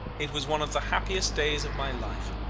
it was one of the happiest days of my life.